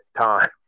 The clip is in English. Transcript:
time